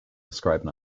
describe